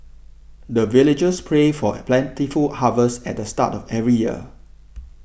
the villagers pray for a plentiful harvest at the start of every year